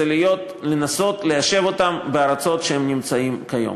זה לנסות ליישב אותם בארצות שבהן הם נמצאים כיום.